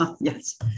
Yes